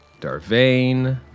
Darvain